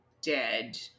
dead